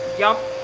yup,